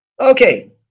Okay